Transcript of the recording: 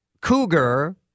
cougar